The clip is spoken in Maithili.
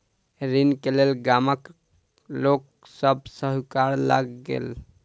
ऋण के लेल गामक लोक सभ साहूकार लग गेल